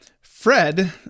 Fred